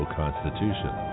constitution